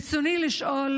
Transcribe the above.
כבודו, רצוני לשאול